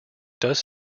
does